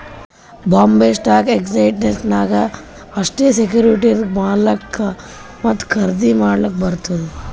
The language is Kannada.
ಬಾಂಬೈ ಸ್ಟಾಕ್ ಎಕ್ಸ್ಚೇಂಜ್ ನಾಗ್ ಅಷ್ಟೇ ಸೆಕ್ಯೂರಿಟಿಸ್ಗ್ ಮಾರ್ಲಾಕ್ ಮತ್ತ ಖರ್ದಿ ಮಾಡ್ಲಕ್ ಬರ್ತುದ್